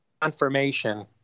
confirmation